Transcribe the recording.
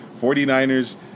49ers